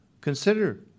consider